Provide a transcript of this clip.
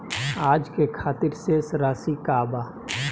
आज के खातिर शेष राशि का बा?